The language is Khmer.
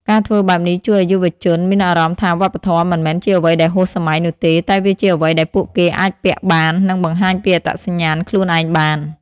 ការធ្វើបែបនេះជួយឲ្យយុវជនមានអារម្មណ៍ថាវប្បធម៌មិនមែនជាអ្វីដែលហួសសម័យនោះទេ តែវាជាអ្វីដែលពួកគេអាចពាក់បាន និងបង្ហាញពីអត្តសញ្ញាណខ្លួនឯងបាន។